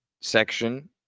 section